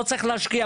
לא צריך להשקיע,